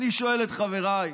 אני שואל את חבריי: